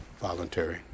voluntary